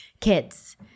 kids